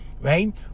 right